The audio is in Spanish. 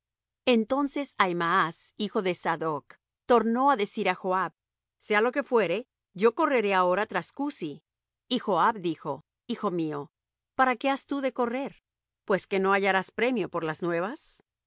entonces ahimaas hijo de sadoc tornó á decir á joab sea lo que fuere yo correré ahora tras cusi y joab dijo hijo mío para qué has tú de correr pues que no hallarás premio por las nuevas